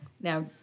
Now